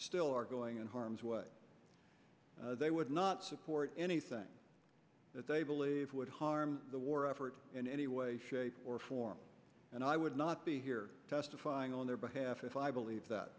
still are going in harm's way they would not support anything that they believe would harm the war effort in any way shape or form and i would not be here testifying on their behalf if i believe that